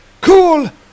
Cool